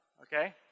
Okay